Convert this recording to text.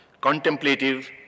contemplative